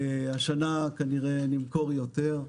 השנה כנראה נמכור יותר,